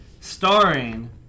starring